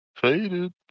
Faded